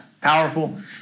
Powerful